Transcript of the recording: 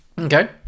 okay